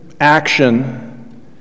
action